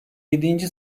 yedinci